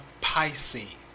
Pisces